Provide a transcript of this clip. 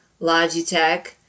Logitech